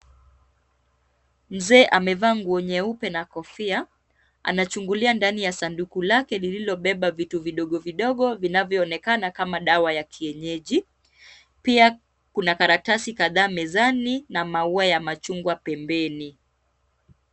Mzee amevaa nguo nyeupe na kofia anachungulia ndani ya sanduku lake lililobeba vitu vidogo vidogo vinavyoonekana kama dawa ya kienyeji, pia kuna karatasi kadhaa mezani na maua ya machungwa pembeni.